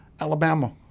Alabama